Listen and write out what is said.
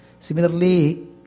Similarly